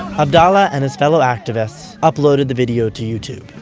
abdallah and his fellow activists uploaded the video to youtube.